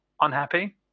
unhappy